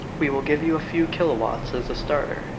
we will give you a few kilowatts as a starter,